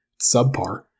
subpar